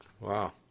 Wow